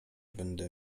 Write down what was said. będę